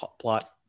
plot